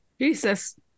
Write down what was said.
Jesus